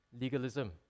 legalism